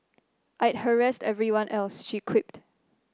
I'd harass everyone else she quipped